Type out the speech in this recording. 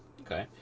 Okay